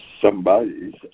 Somebody's